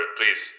please